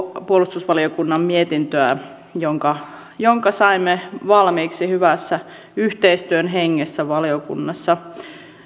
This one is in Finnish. puolustusvaliokunnan mietintöä jonka jonka saimme valmiiksi hyvässä yhteistyön hengessä valiokunnassa